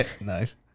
nice